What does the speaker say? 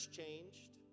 changed